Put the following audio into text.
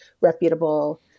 reputable